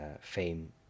fame